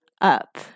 up